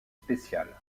spécial